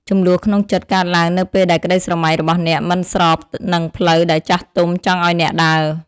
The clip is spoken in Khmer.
ជម្លោះក្នុងចិត្តកើតឡើងនៅពេលដែលក្តីស្រមៃរបស់អ្នក មិនស្របនឹងផ្លូវដែលចាស់ទុំចង់ឱ្យអ្នកដើរ។